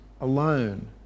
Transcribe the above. alone